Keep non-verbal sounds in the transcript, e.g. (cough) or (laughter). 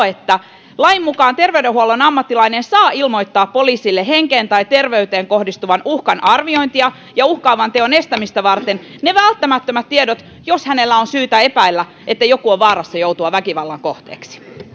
(unintelligible) että lain mukaan terveydenhuollon ammattilainen saa ilmoittaa poliisille henkeen tai terveyteen kohdistuvan uhkan arviointia ja uhkaavan teon estämistä varten ne välttämättömät tiedot jos hänellä on syytä epäillä että joku on vaarassa joutua väkivallan kohteeksi